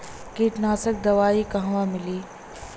कीटनाशक दवाई कहवा मिली?